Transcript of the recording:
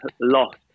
lost